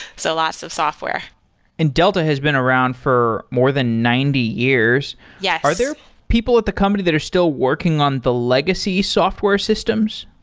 so lots of software and delta has been around for more than ninety years yes are there people at the company that are still working on the legacy software systems?